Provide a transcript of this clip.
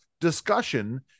discussion